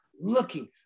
looking